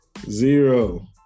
zero